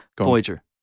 Voyager